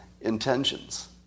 intentions